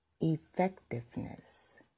effectiveness